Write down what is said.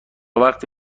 وقتی